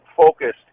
focused